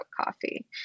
coffee